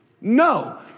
No